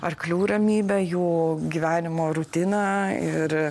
arklių ramybę jų gyvenimo rutiną ir